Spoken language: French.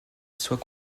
soit